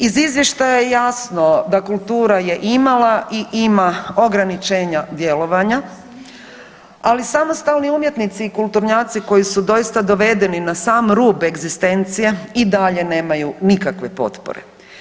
Iz Izvještaja je jasno da kultura je imala i ima ograničenja djelovanja, ali samostalni umjetnici i kulturnjaci koji su doista dovedeni na sam rub egzistencije i dalje nemaju nikakve potpore.